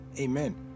Amen